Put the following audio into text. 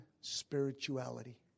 spirituality